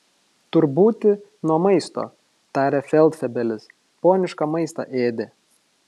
tur būti nuo maisto tarė feldfebelis ponišką maistą ėdė